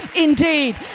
indeed